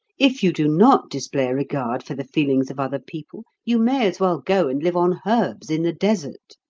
if you do not display a regard for the feelings of other people, you may as well go and live on herbs in the desert.